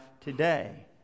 today